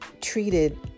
treated